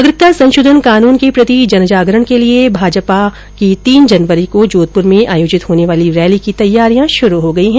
नागरिकता संशोधन कानून के प्रति जनजागरण के लिये भारतीय जनता पार्टी की तीन जनवरी को जोधपुर में आयोजित होने वाली रैली की तैयारियां शुरु हो गयी हैं